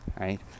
Right